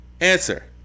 Answer